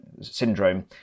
syndrome